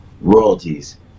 royalties